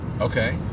Okay